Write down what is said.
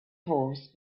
horse